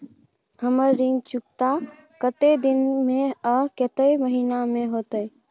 हमर ऋण चुकता कतेक दिन में आ कतेक महीना में होतै?